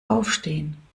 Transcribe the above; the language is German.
aufstehen